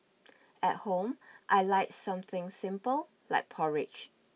at home I like something simple like porridge